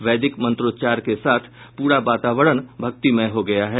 वैदिक मंत्रोच्चार के साथ पूरा वातावरण भक्तिमय हो गया है